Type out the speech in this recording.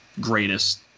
greatest